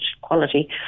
quality